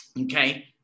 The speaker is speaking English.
okay